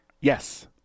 Yes